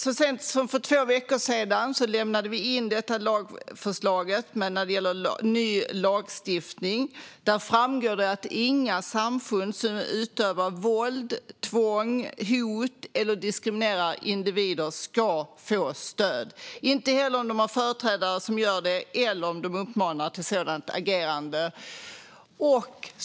Så sent som för två veckor sedan lämnade vi in detta förslag till ny lagstiftning. Där framgår att inga samfund som utövar våld, tvång och hot eller diskriminerar individer ska få stöd. De ska inte heller få stöd om de har företrädare som gör detta eller om de uppmanar till sådant agerande.